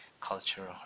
cultural